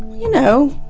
you know.